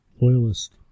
Loyalist